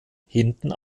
hinten